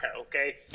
okay